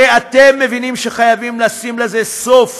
הרי אתם מבינים שחייבים לשים לזה סוף,